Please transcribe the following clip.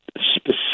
specific